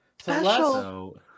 Special